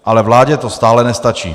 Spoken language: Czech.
Ale vládě to stále nestačí.